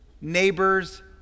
neighbor's